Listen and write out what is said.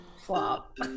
Flop